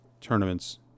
tournaments